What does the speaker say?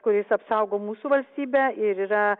kuris apsaugo mūsų valstybę ir yra